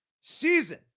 season